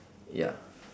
ya